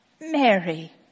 Mary